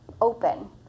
open